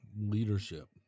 leadership